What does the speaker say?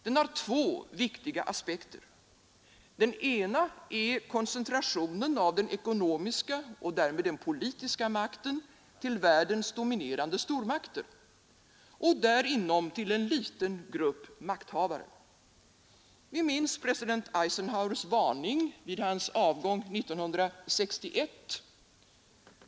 Den har två viktiga aspekter. Den ena är koncentrationen av den ekonomiska och därmed den politiska makten till världens dominerande stormakter samt därinom till en liten grupp makthavare. Vi minns president Eisenhowers varning vid hans avgång 1961.